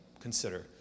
consider